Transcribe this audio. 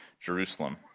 Jerusalem